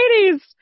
ladies